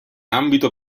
ambito